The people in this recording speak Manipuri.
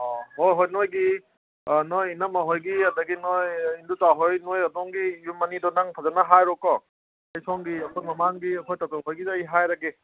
ꯑꯥ ꯍꯣꯏ ꯍꯣꯏ ꯅꯣꯏꯒꯤ ꯅꯣꯏ ꯏꯅꯝꯃ ꯍꯣꯏꯒꯤ ꯑꯗꯒꯤ ꯅꯣꯏ ꯏꯟꯗꯣꯆꯥ ꯍꯣꯏ ꯅꯣꯏ ꯑꯗꯣꯝꯒꯤ ꯌꯨꯝ ꯑꯅꯤꯗꯣ ꯅꯪ ꯐꯖꯅ ꯍꯥꯏꯔꯣꯀꯣ ꯑꯩ ꯁꯣꯝꯒꯤ ꯑꯩꯈꯣꯏ ꯃꯃꯥꯡꯒꯤ ꯑꯩꯈꯣꯏ ꯇꯇꯣꯟ ꯈꯣꯏꯒꯤ ꯑꯩ ꯍꯥꯏꯔꯒꯦ